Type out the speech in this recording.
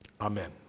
Amen